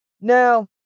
Now